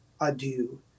adieu